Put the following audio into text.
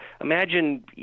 imagine